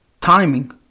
timing